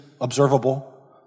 observable